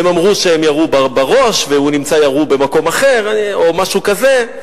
הם אמרו שהם ירו בראש והוא נמצא ירוי במקום אחר או משהו כזה,